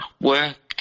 work